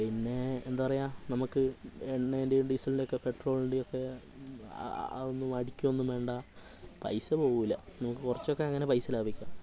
പിന്നെ എന്താ പറയുക നമുക്ക് എണ്ണേന്റെയും ഡീസലിന്റെയും ഒക്കെ പെട്രോളിന്റെയും ഒക്കെ ആ ആ ആ ഒന്നും അടിക്കുകയൊന്നും വേണ്ട പൈസ പോകില്ല നമുക്ക് കുറച്ചൊക്കെ അങ്ങനെ പൈസ ലാഭിക്കാം